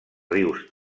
rius